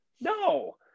No